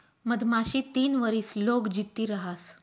मधमाशी तीन वरीस लोग जित्ती रहास